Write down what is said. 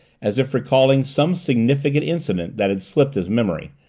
as if recalling some significant incident that had slipped his memory,